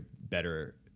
better